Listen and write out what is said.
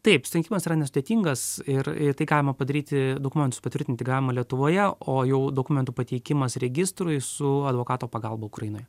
taip steigimas yra nesudėtingas ir tai galima padaryti dokumentus patvirtinti galima lietuvoje o jau dokumentų pateikimas registrui su advokato pagalba ukrainoj